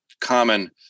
common